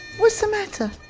what's the matter?